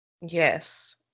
yes